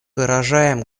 выражаем